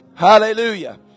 Hallelujah